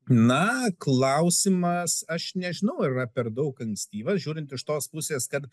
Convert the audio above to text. na klausimas aš nežinau ar yra per daug ankstyvas žiūrint iš tos pusės kad